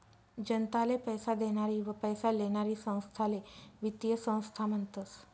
जनताले पैसा देनारी व पैसा लेनारी संस्थाले वित्तीय संस्था म्हनतस